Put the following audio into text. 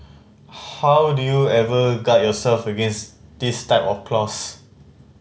how do you ever guard yourself against this type of clause